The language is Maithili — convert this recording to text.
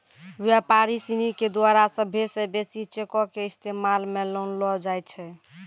व्यापारी सिनी के द्वारा सभ्भे से बेसी चेको के इस्तेमाल मे लानलो जाय छै